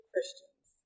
Christians